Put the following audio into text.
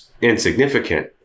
insignificant